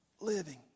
living